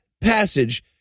passage